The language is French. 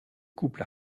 couples